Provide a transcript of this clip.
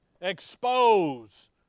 expose